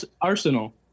Arsenal